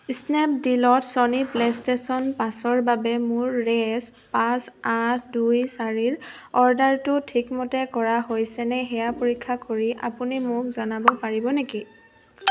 স্নেপডীলত Sony play station পাঁচৰ বাবে মোৰ ৰেচ পাঁচ আঠ দুই চাৰিৰ অৰ্ডাৰটো ঠিকমতে কৰা হৈছেনে সেয়া পৰীক্ষা কৰি আপুনি মোক জনাব পাৰিব নেকি